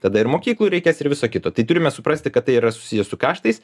tada ir mokyklų reikės ir viso kito tai turime suprasti kad tai yra susiję su kaštais